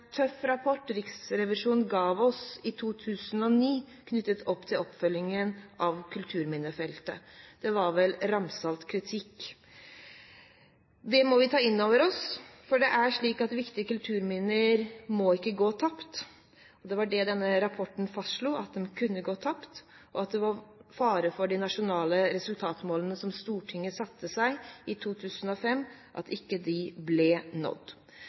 tøff rapport Riksrevisjonen ga oss i 2009 knyttet til oppfølgingen av kulturminnefeltet. Det var vel ramsalt kritikk. Det må vi ta inn over oss, for det er slik at viktige kulturminner ikke må gå tapt. Det var det denne rapporten fastslo, at de kunne gå tapt, og at det var fare for at de nasjonale resultatmålene som Stortinget hadde satt seg i 2005, ikke ble nådd.